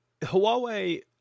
Huawei